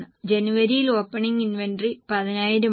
ജനുവരിയിൽ opening inventory 10000 ആണ്